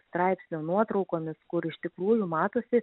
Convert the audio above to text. straipsnio nuotraukomis kur iš tikrųjų matosi